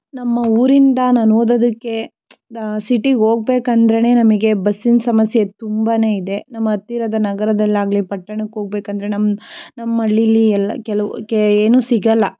ನಮ್ಮ ಊರಿಂದ ನಾನು ಓದೋದಕ್ಕೆ ಸಿಟಿಗೆ ಹೋಗ್ಬೇಕಂದ್ರೇ ನಮಗೆ ಬಸ್ಸಿನ ಸಮಸ್ಯೆ ತುಂಬಾ ಇದೆ ನಮ್ಮ ಹತ್ತಿರದ ನಗರದಲ್ಲಾಗಲೀ ಪಟ್ಟಣಕ್ಕೆ ಹೋಗ್ಬೇಕಂದ್ರೆ ನಮ್ಮ ನಮ್ಮ ಹಳ್ಳೀಲಿ ಎಲ್ಲ ಕೆಲವು ಕೇ ಏನೂ ಸಿಗೋಲ್ಲ